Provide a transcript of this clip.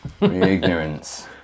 ignorance